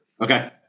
Okay